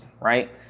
right